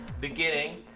beginning